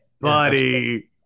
Buddy